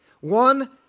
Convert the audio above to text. One